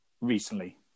recently